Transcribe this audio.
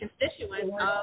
constituents